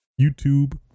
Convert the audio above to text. YouTube